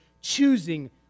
choosing